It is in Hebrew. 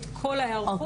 את כל ההיערכות,